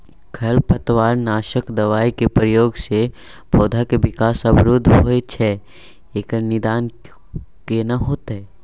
खरपतवार नासक दबाय के प्रयोग स पौधा के विकास अवरुध होय छैय एकर निदान केना होतय?